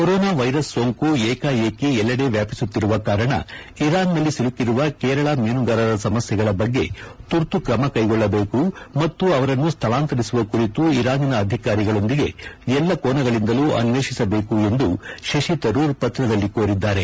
corona virus ಸೋಂಕು ಏಕಾಏಕಿ ಎಲ್ಲಡೆ ವ್ಯಾಪಿಸುತ್ತಿರುವ ಕಾರಣ ಇರಾನ್ ನಲ್ಲಿ ಸಿಲುಕಿರುವ ಕೇರಳ ಮೀನುಗಾರರ ಸಮಸ್ಯೆಗಳ ಬಗ್ಗೆ ತುರ್ತ ಕ್ರಮಕ್ಯೆಗೊಳ್ಳಬೇಕು ಮತ್ತು ಅವರನ್ನು ಸ್ಥಳಾಂತರಿಸುವ ಕುರಿತು ಇರಾನಿನ ಅಧಿಕಾರಿಗಳೊಂದಿಗೆ ಎಲ್ಲ ಕೋನಗಳಿಂದಲೂ ಅನ್ವೇಷಿಸಬೇಕು ಎಂದು ಶಶಿ ತರೂರ್ ಪತ್ರದಲ್ಲಿ ಕೋರಿದ್ದಾರೆ